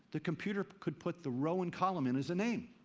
the computer could put the row and column in as a name.